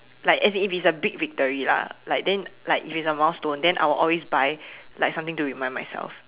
like as in if it's a big victory lah like then like if it's a milestone then I will buy like something to remind myself